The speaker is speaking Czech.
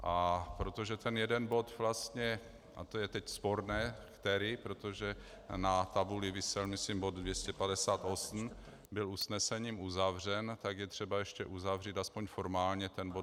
A protože ten jeden bod vlastně a to je teď sporné, který, protože na tabuli visel myslím bod 258 byl usnesením uzavřen, tak je třeba ještě uzavřít, aspoň formálně, ten bod 256.